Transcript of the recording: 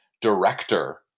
director